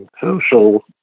social